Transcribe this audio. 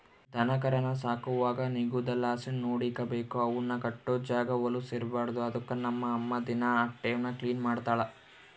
ದನಕರಾನ ಸಾಕುವಾಗ ನಿಗುದಲಾಸಿ ನೋಡಿಕಬೇಕು, ಅವುನ್ ಕಟ್ಟೋ ಜಾಗ ವಲುಸ್ ಇರ್ಬಾರ್ದು ಅದುಕ್ಕ ನಮ್ ಅಮ್ಮ ದಿನಾ ಅಟೇವ್ನ ಕ್ಲೀನ್ ಮಾಡ್ತಳ